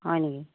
হয় নেকি